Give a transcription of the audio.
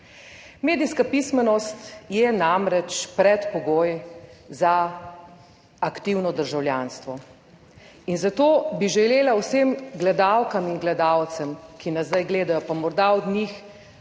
Medijska pismenost je namreč predpogoj za aktivno državljanstvo. In zato bi želela vsem gledalkam in gledalcem, ki nas zdaj gledajo, pa morda od njih